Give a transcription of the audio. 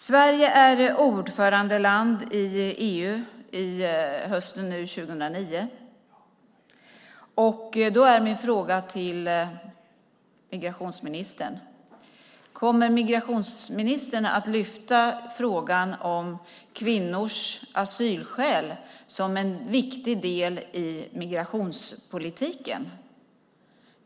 Sverige är ordförandeland i EU i höst, 2009. Då är min fråga till migrationsministern: Kommer migrationsministern att lyfta fram frågan om kvinnors asylskäl som en viktig del i migrationspolitiken?